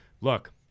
Look